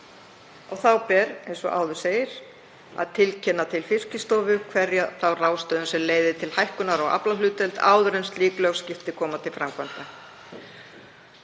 tilvikum, eins og áður segir, að tilkynna til Fiskistofu hverja þá ráðstöfun sem leiðir til hækkunar á aflahlutdeild áður en slík lögskipti koma til framkvæmda.